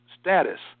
status